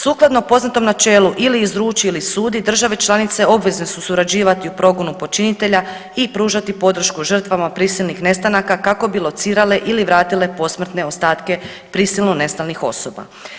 Sukladno poznatom načelu ili izruči ili sudi, države članice obvezne su surađivati u progonu počinitelja i pružati podršku žrtvama prisilnih nestanaka, kako bi locirale ili vratile posmrtne ostatke prisilno nestalih osoba.